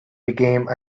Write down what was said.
became